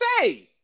say